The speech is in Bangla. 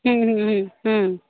হুম হুম হুম হুম